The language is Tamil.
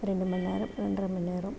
ரெண்டுமண் நேரம் ரெண்ட்ரை மண் நேரம்